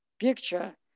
picture